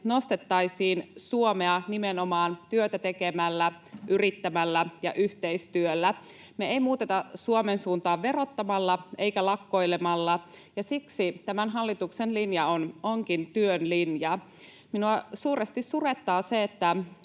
nostettaisiin Suomea nimenomaan työtä tekemällä, yrittämällä ja yhteistyöllä. Me ei muuteta Suomen suuntaa verottamalla eikä lakkoilemalla, ja siksi tämän hallituksen linja onkin työn linja. Minua suuresti surettaa se,